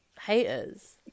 haters